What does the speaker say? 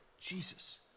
Jesus